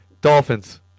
Dolphins